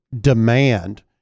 demand